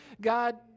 God